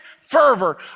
fervor